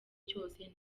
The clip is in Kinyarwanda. cyose